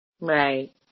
Right